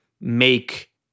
make